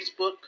Facebook